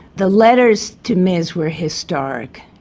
the letters to ms were historic.